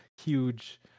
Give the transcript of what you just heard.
huge